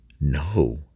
No